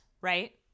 right